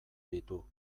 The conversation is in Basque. ditu